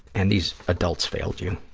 and these adults failed you,